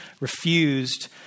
refused